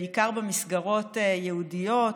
בעיקר במסגרות ייעודיות,